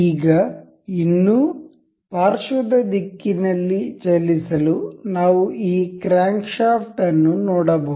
ಈಗ ಇನ್ನೂ ಪಾರ್ಶ್ವದ ದಿಕ್ಕಿನಲ್ಲಿ ಚಲಿಸಲು ನಾವು ಈ ಕ್ರ್ಯಾಂಕ್ಶಾಫ್ಟ್ ಅನ್ನು ನೋಡಬಹುದು